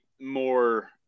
more